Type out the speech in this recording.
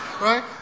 right